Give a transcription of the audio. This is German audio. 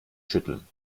schütteln